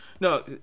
No